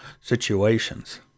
situations